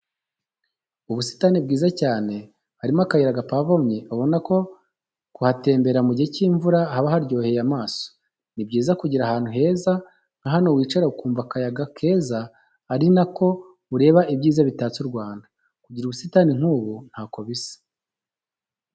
Ubusitani bwiza cyane, harimo akayira gapavomye ubona ko kuhatemberera mu gihe cy'imvura, byaba biryoheye amaso. Ni byiza kugira ahantu heza nka hano wicara ukumva akayaga keza ari nako ureba ibyiza bitatse u Rwanda. Kugira ubusitani nk'ubu ntako bisa.